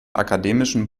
akademischen